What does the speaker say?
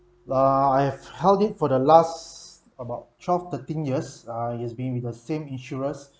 uh I've held it for the last about twelve thirteen years uh it's been with the same insurers